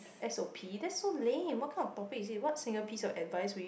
s_o_p that's so lame what kind of topic it is what single piece of advice would you